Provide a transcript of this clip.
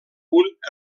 punt